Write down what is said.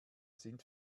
sind